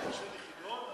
אתה עושה לי חידון?